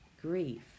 Grief